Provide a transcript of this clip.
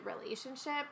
relationship